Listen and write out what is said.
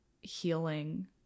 healing